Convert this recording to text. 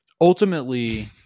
Ultimately